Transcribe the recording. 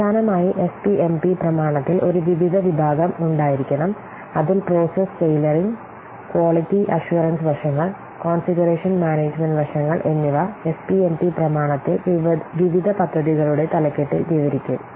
അവസാനമായി എസ്പിഎംപി പ്രമാണത്തിൽ ഒരു വിവിധ വിഭാഗം ഉണ്ടായിരിക്കണം അതിൽ പ്രോസസ് ടൈലറിംഗ് ക്വാളിറ്റി അഷ്വറൻസ് വശങ്ങൾ കോൺഫിഗറേഷൻ മാനേജുമെന്റ് വശങ്ങൾ എന്നിവ എസ്പിഎംപി പ്രമാണത്തിൽ വിവിധ പദ്ധതികളുടെ തലക്കെട്ടിൽ വിവരിക്കും